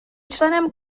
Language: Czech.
členem